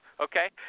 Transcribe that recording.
Okay